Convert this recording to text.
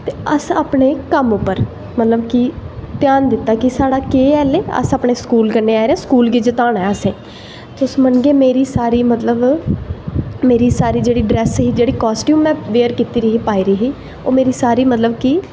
ते अस अपने कम्म उप्पर मतलव कि ध्यान दित्ता कि केह् ऐ इसलै अपने स्कूल कन्नै आए दे स्कूल गी जताना ऐ असें तुस मनगे मेरी सारी मतलव कि मेरी सारी जेह्ड़ी ड्रैस ही कास्टयूम ऐ बियर कीती दी ही पाई दी ही मेरी सेरी मतलव कि